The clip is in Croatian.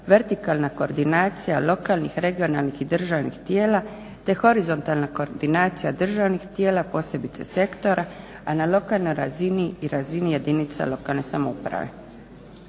vertikalna koordinacija lokalnih, regionalnih i državnih tijela, te horizontalna koordinacija državnih tijela posebice sektora, a na lokalnoj razini i razini jedinica lokalne samouprave.